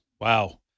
Wow